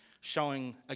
showing